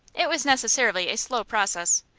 it was necessarily a slow process,